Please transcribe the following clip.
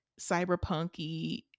cyberpunk-y